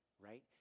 right